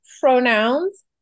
pronouns